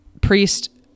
priest